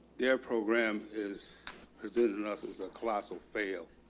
dare program is presented and was was a colossal fail